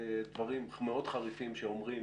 דברים חריפים מאוד שאומרים